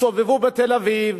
תסתובבו בתל-אביב,